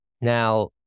Now